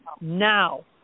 Now